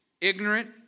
ignorant